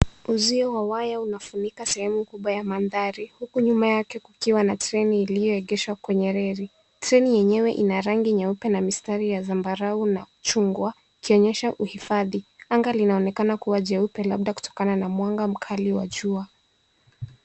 Uzio wa waya unafunika sehemu kubwa ya mandhari huku nyuma yake kukiwa na treni iliyoegeshwa kwenye reli. Treni yenyewe ina rangi nyeupe na mistari ya zambarau na chungwa ikionyesha uhifadhi. Anga linaonekana kuwa jeupe labda kutokana na mwanga mkali wa jua.